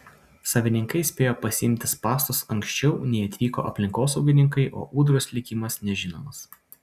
savininkai spėjo pasiimti spąstus anksčiau nei atvyko aplinkosaugininkai o ūdros likimas nežinomas